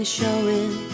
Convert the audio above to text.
showing